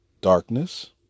darkness